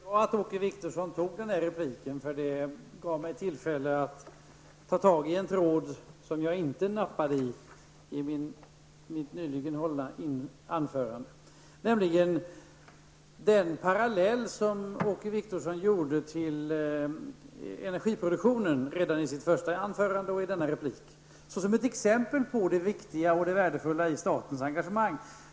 Herr talman! Det var bra att Åke Wictorsson gjorde detta inlägg. Det gav mig tillfälle att ta tag i en tråd som jag inte nappade på i mitt nyligen hållna anförande. Det gäller den parallell som Åke Wictorsson redan i sitt första anförande drog till energiproduktionen såsom ett exempel på det viktiga och värdefulla i statens engagemang.